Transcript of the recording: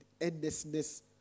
endlessness